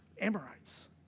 Amorites